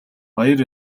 баяр